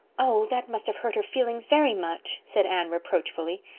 oh, that must have hurt her feelings very much, said anne reproachfully.